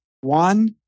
One